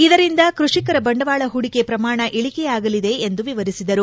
ಇದರಿಂದ ಕೃಷಿಕರ ಬಂಡವಾಳ ಹೂಡಿಕೆ ಪ್ರಮಾಣ ಇಳಿಕೆಯಾಗಲಿದೆ ಎಂದು ವಿವರಿಸಿದರು